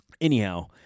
anyhow